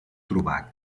trobar